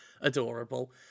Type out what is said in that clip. adorable